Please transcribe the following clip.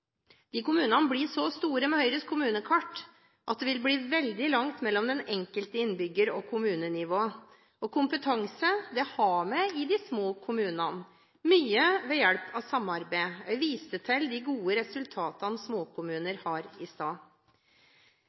at det vil bli veldig langt mellom den enkelte innbygger og kommunenivå. Og kompetanse har vi i de små kommunene, mye ved hjelp av samarbeid. Jeg viste i stad til de gode resultatene småkommuner har.